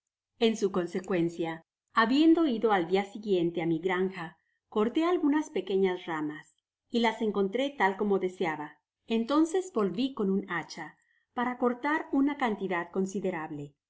en su consecuencia habiendo ido al dia siguiente á mi granja corté algunas pequeñas ramas y las encontré tal como deseaba entonces volví con un hacha para cortar una cantidad considerable lo que